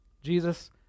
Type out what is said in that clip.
jesus